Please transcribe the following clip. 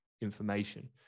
information